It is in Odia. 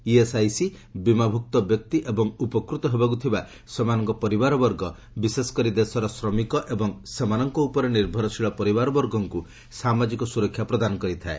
ଇଏସ୍ଆଇସି ବୀମାଭୁକ୍ତ ବ୍ୟକ୍ତି ଏବଂ ଉପକୃତ ହେବାକୁ ଥିବା ସେମାନଙ୍କର ପରିବାରବର୍ଗ ବିଶେଷକରି ଦେଶର ଶ୍ରମିକ ଏବଂ ସେମାନଙ୍କ ଉପରେ ନିର୍ଭରଶୀଳ ପରିବାରବର୍ଗଙ୍କୁ ସାମାଜିକ ସ୍ୱରକ୍ଷା ପ୍ରଦାନ କରିଥାଏ